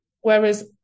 Whereas